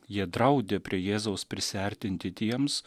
jie draudė prie jėzaus prisiartinti tiems